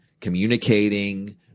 communicating